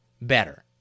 better